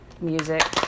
Music